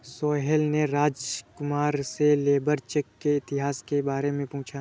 सोहेल ने राजकुमार से labour check के इतिहास के बारे में पूछा